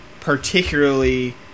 particularly